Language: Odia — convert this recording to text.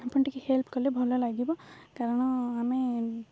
ଆପଣ ଟିକେ ହେଲ୍ପ କଲେ ଭଲ ଲାଗିବ କାରଣ ଆମେ